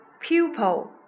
pupil